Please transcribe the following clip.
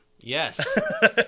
Yes